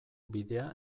bidea